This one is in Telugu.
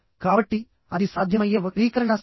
కాబట్టి అది సాధ్యమయ్యే వక్రీకరణ స్థాయి